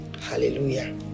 hallelujah